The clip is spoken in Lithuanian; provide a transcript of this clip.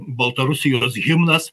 baltarusijos himnas